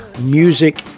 music